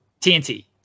TNT